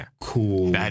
cool